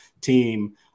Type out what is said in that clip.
team